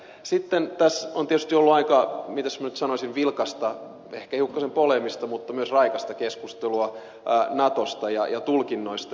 sitten on tietysti ollut aika miten minä sen nyt sanoisin vilkasta ehkä hiukkasen poleemista mutta myös raikasta keskustelua natosta ja tulkinnoista